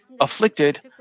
afflicted